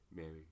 Mary